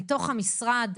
מתוך המשרד,